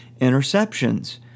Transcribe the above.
interceptions